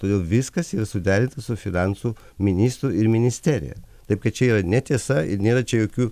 todėl viskas yra suderinta su finansų ministru ir ministerija taip kad čia yra netiesa ir nėra čia jokių